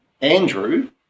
Andrew